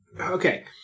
Okay